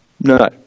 No